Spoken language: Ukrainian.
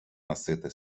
носити